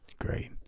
Great